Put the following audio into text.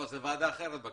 לא, זה ועדה אחרת בכנסת.